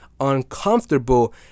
uncomfortable